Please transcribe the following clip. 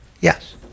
yes